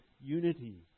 unity